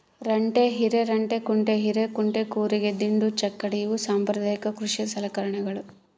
ರಂಟೆ ಹಿರೆರಂಟೆಕುಂಟೆ ಹಿರೇಕುಂಟೆ ಕೂರಿಗೆ ದಿಂಡು ಚಕ್ಕಡಿ ಇವು ಸಾಂಪ್ರದಾಯಿಕ ಕೃಷಿ ಸಲಕರಣೆಗಳು